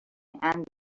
and